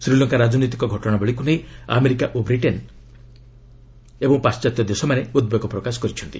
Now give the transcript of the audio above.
ଶ୍ରୀଲଙ୍କା ରାଜନୈତିକ ଘଟଣାବଳୀକୁ ନେଇ ଆମେରିକା ଓ ବ୍ରିଟେନ୍ ସମେତ ପାଶ୍ଚାତ୍ୟ ଦେଶମାନେ ଉଦ୍ବେଗ ପ୍ରକାଶ କରିଛନ୍ତି